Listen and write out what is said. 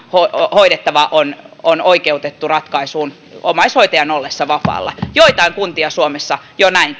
hoidettava on on oikeutettu ratkaisuun omaishoitajan ollessa vapaalla joitain kuntia suomessa näin